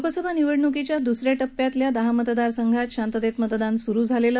लोकसभा निवडणुकीच्या दुसऱ्या टप्प्यातल्या दहा मतदारसंघात आज शांततेत मतदान सुरू झालं